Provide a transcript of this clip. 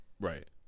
right